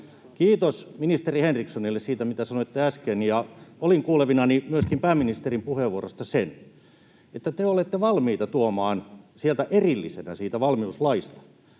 Kiitos ministeri Henrikssonille siitä, mitä sanoitte äsken. Olin kuulevinani myöskin pääministerin puheenvuorosta sen, että te olette valmiita tuomaan sieltä valmiuslaista